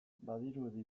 badirudi